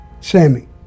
Sammy